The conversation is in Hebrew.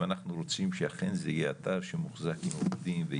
אם אנחנו רוצים שאכן זה יהיה אתר שמוחזק -- ויש